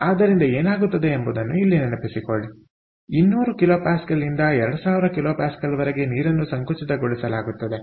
ಆದ್ದರಿಂದ ಏನಾಗುತ್ತದೆ ಎಂಬುದನ್ನು ಇಲ್ಲಿ ನೆನಪಿಸಿಕೊಳ್ಳಿ 200 kPa ಯಿಂದ 2000 kPa ವರೆಗೆ ನೀರನ್ನು ಸಂಕುಚಿತಗೊಳಿಸಲಾಗುತ್ತದೆ